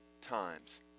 times